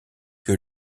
que